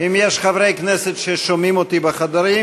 אם יש חברי כנסת ששומעים אותי בחדרים,